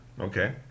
Okay